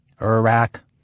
Iraq